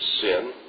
sin